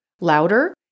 louder